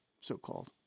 so-called